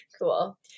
cool